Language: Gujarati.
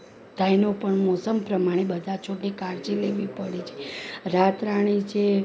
બધાયનો પણ મોસમ પ્રમાણે બધા છોડની કાળજી લેવી પડે છે રાતરાણી છે